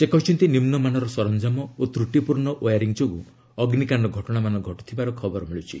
ସେ କହିଛନ୍ତି ନିମ୍ନମାନର ସରଞ୍ଜାମ ଓ ତ୍ରୁଟିପୂର୍ଣ୍ଣ ୱେୟାରିଙ୍ଗ୍ ଯୋଗୁଁ ଅଗ୍ନିକାଣ୍ଡ ଘଟଣାମାନ ଘଟୁଥିବାର ଖବର ମିଳୁଛି